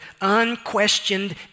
unquestioned